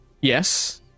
Yes